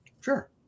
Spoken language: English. sure